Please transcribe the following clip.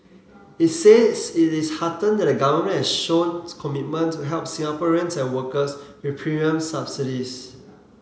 it says it is heartened that the Government has shown commitment to help Singaporeans and workers with premium subsidies